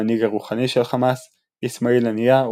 המנהיג הרוחני של חמאס; אסמאעיל הנייה,